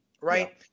right